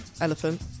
Elephant